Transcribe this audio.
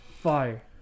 Fire